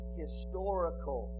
historical